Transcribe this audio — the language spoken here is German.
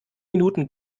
minuten